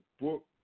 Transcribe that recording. book